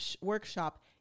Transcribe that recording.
workshop